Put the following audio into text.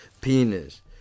penis